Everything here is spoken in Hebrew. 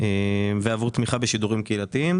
ותמיכה בשידורים קהילתיים.